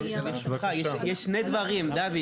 יש שני דברים, דו.